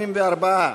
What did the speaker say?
74,